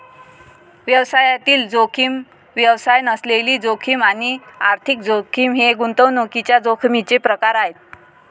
व्यवसायातील जोखीम, व्यवसाय नसलेली जोखीम आणि आर्थिक जोखीम हे गुंतवणुकीच्या जोखमीचे प्रकार आहेत